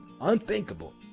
unthinkable